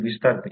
ते विस्तारते